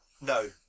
No